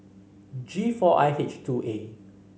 G four I H two A